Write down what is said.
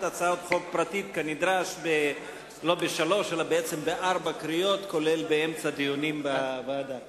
הצעת חוק פרטית כנדרש בארבע קריאות ודיונים בוועדה